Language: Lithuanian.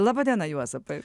laba diena juozapai